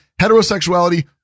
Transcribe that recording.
heterosexuality